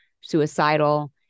suicidal